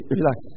relax